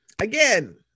again